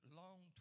long